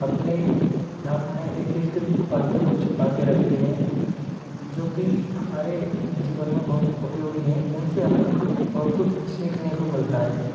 अपने आप में एक एक पात्र को छुपा के रखते हैं जो कि हमारे जीवन में बहुत उपयोगी है इन से हमें बहुत कुछ सीखने को मिलता है